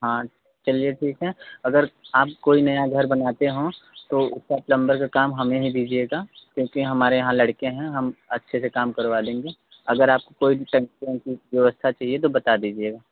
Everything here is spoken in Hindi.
हाँ चलिए ठीक है अगर आप कोई नया घर बनवाते हों तो उसका प्लम्बर का काम हमें ही दीजिएगा क्योंकि हमारे यहाँ लड़के हैं हम अच्छे से काम करवा देंगे अगर आपको कोई भी टंकी वंकी की व्यवस्था चाहिए तो बता दीजिएगा